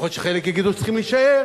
יכול להיות שחלק יגידו: צריכים להישאר,